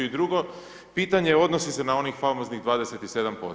I drugo pitanje odnosi se na onih famoznih 27%